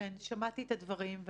כן, שמעתי את הדברים.